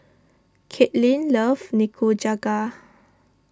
Kathyrn loves Nikujaga